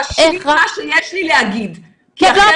להשלים את מה שיש לי להגיד כי אחרת --- לא,